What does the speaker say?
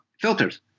filters